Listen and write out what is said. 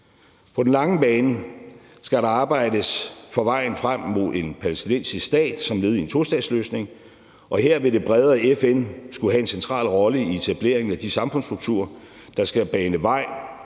På den lange bane skal der arbejdes for vejen frem mod en palæstinensisk stat som led i en tostatsløsning, og her vil det bredere FN skulle have en central rolle i etableringen af de samfundsstrukturer, der skal bane vej